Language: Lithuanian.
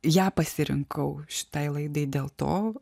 ją pasirinkau šitai laidai dėl to